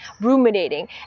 ruminating